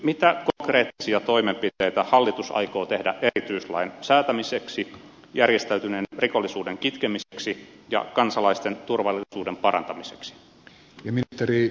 mitä konkreettisia toimenpiteitä hallitus aikoo tehdä erityislain säätämiseksi järjestäytyneen rikollisuuden kitkemiseksi ja kansalaisten turvallisuuden parantamiseksi